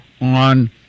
on